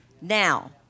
now